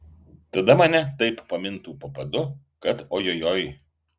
tada mane taip pamintų po padu kad ojojoi